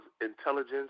intelligence